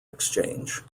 exchange